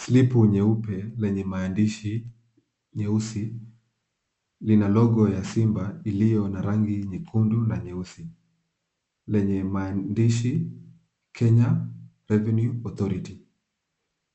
[cs[Slipu nyeupe lenye maandishi nyeusi, lina logo ya simba iliyo na rangi nyekundu na nyeusi, lenye maandishi, Kenya Revenue Authority .